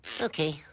Okay